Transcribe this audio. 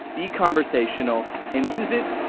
be conversational. and use it,